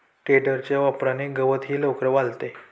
टेडरच्या वापराने गवतही लवकर वाळते